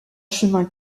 chemin